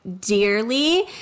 dearly